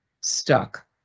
stuck